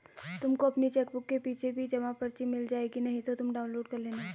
तुमको अपनी चेकबुक के पीछे भी जमा पर्ची मिल जाएगी नहीं तो तुम डाउनलोड कर लेना